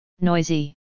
Noisy